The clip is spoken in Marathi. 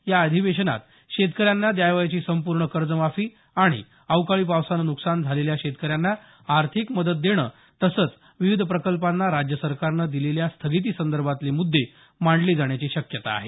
या अधिवेशनात शेतकऱ्यांना द्यावयाची संपूर्ण कर्जमाफी आणि अवकाळी पावसानं नुकसान झालेल्या शेतकऱ्यांना आर्थिक मदत देणे तसंच विविध प्रकल्पांना राज्य सरकारनं दिलेल्या स्थगितीसंदर्भातले मुद्दे मांडले जाण्याची शक्यता आहे